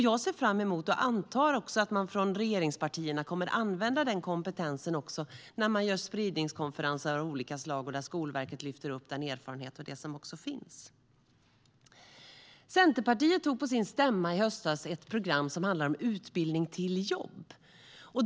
Jag ser fram emot och antar att regeringspartierna kommer att använda den kompetensen när man gör spridningskonferenser av olika slag där Skolverket lyfter upp den erfarenhet som finns. Centerpartiet antog på sin stämma i höstas ett program som handlar om utbildning till jobb.